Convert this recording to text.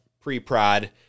pre-prod